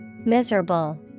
Miserable